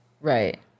Right